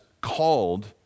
called